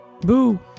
Boo